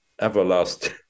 everlasting